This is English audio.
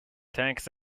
tanks